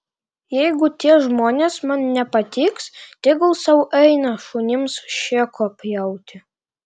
jeigu tie žmonės man nepatiks tegul sau eina šunims šėko pjauti